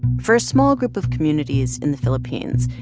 for a small group of communities in the philippines,